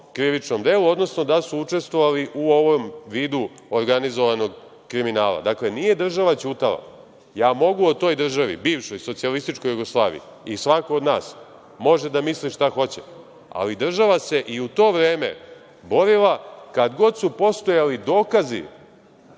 krivičnom delu, odnosno da su učestvovali u ovom vidu organizovanog kriminala. Dakle, nije država ćutala. Ja mogu o toj državi, bivšoj Socijalističkoj Jugoslaviji, i svako od nas može da misli šta hoće, ali država se i u to vreme borila kad god su postojali dokazi